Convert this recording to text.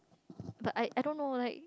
but I I don't know like